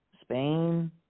Spain